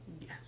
Yes